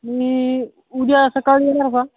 मी उद्या सकाळी येणार का